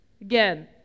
Again